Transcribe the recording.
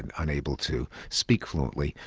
and unable to speak fluently,